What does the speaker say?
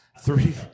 three